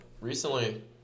recently